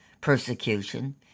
persecution